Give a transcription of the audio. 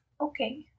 Okay